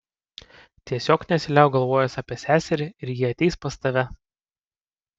tiesiog nesiliauk galvojęs apie seserį ir ji ateis pas tave